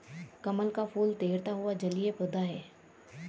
कमल का फूल तैरता हुआ जलीय पौधा है